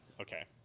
Okay